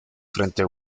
frente